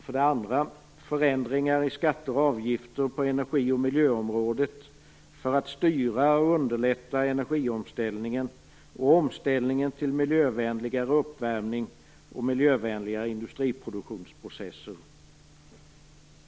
För det andra gäller det förändringar i skatter och avgifter på energi och miljöområdet för att styra och underlätta energiomställningen och omställningen till miljövänligare uppvärmning och miljövänligare industriproduktionsprocesser.